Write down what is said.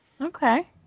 Okay